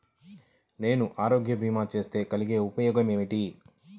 నేను ఆరోగ్య భీమా చేస్తే కలిగే ఉపయోగమేమిటీ?